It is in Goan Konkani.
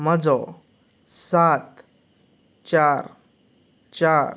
म्हजो सात चार चार